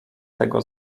tego